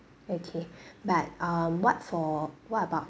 okay but um what for what about